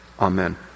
amen